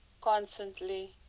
constantly